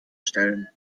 stellen